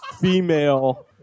female